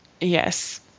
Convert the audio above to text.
Yes